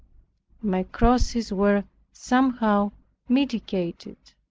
my crosses were somewhat mitigated.